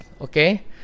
Okay